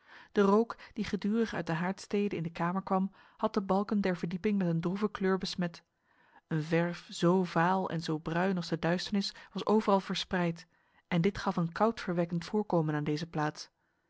de rook die gedurig uit de haardstede in de kamer kwam had de balken der verdieping met een droeve kleur besmet een verf zo vaal en zo bruin als de duisternis was overal verspreid en dit gaf een koudverwekkend voorkomen aan deze plaats